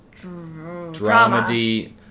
Dramedy